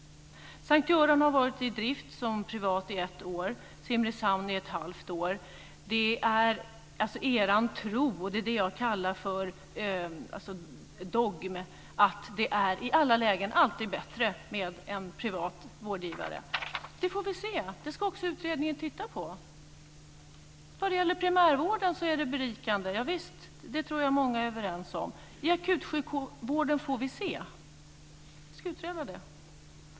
S:t Göran har varit i drift som privat sjukhus under ett år. Simrishamns sjukhus har varit i drift under ett halvt år. Er tro, som jag kallar för dogm, är att det i alla lägen alltid är bättre med en privat vårdgivare. Det får vi se. Det ska utredningen också se över. När det gäller primärvården är det berikande, ja visst, det tror jag att många är överens om. När det gäller akutsjukvården får vi se.